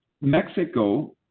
Mexico